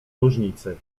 różnicy